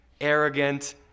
arrogant